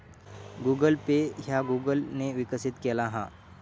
Google pay ह्या Google ने विकसित केला हा